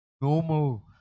normal